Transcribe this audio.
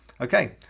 Okay